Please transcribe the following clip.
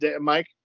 Mike